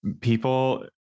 people